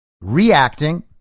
reacting